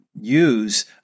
use